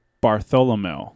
bartholomew